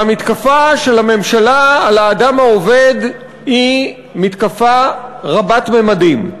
והמתקפה של הממשלה על האדם העובד היא מתקפה רבת-ממדים.